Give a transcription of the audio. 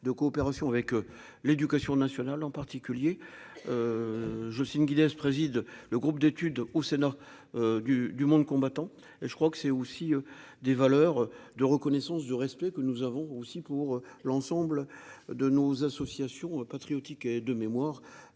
de coopération avec l'éducation nationale en particulier, Jocelyne Guinness, préside le groupe d'étude au Sénat du du monde combattant et je crois que c'est aussi des valeurs de reconnaissance, de respect que nous avons aussi pour l'ensemble de nos associations patriotiques et de mémoire